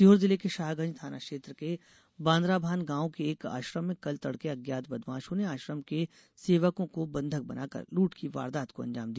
सीहोर जिले के शाहगंज थाना क्षेत्र के बान्द्राभान गांव के एक आश्रम में कल तडके अज्ञात बदमाशों ने आश्रम के सेवकों को बंधक बनाकर लूट की वारदात को अंजाम दिया